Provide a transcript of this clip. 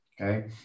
okay